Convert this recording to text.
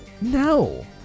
No